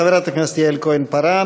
חברת הכנסת יעל כהן-פארן.